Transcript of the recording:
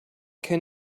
can